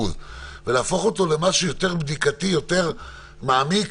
ולהפוך אותו למשהו יותר בדיקתי ומעמיק,